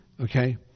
Okay